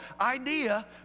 idea